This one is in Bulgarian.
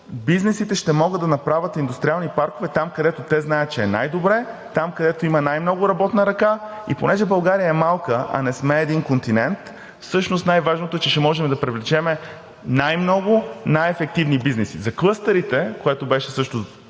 бизнесите ще могат да направят индустриални паркове там, където те знаят, че е най-добре, там, където има най-много работна ръка. Понеже България е малка, а не сме един континент, всъщност най-важното е, че ще можем да привлечем най-много и най-ефективни бизнеси. За клъстерите, което беше също